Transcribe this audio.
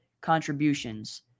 contributions